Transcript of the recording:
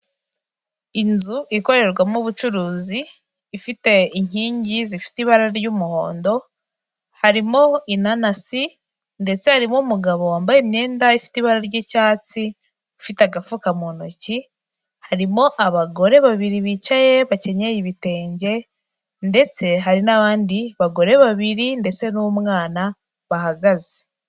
Inzu ikorerwamo ubucuruzi, ifite inkingi zifite ibara ry'umuhondo, harimo inanasi ndetse harimo umugabo wambaye imyenda ifite ibara ry'icyatsi ufite agafuka mu ntoki, harimo abagore babiri bicaye bakenyeye ibitenge, ndetse harimo n'abandi bagore babiri ndetse n'umwana, bahagaze.